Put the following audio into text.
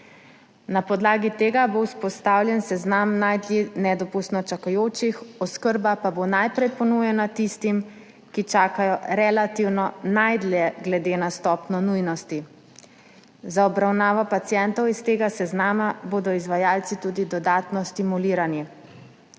Na podlagi tega bo vzpostavljen seznam nedopustno čakajočih, oskrba pa bo najprej ponujena tistim, ki čakajo relativno najdlje glede na stopnjo nujnosti. Za obravnavo pacientov iz tega seznama bodo izvajalci tudi dodatno stimulirani.